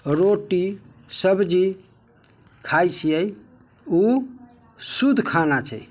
रोटी सब्जी खाइ छिए ओ शुद्ध खाना छै